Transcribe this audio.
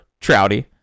Trouty